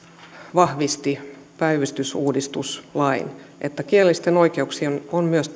vahvisti päivystysuudistuslain kielellisten oikeuksien on toteuduttava myös